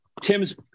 Tim's